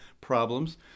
problems